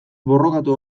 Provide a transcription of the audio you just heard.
borrokatu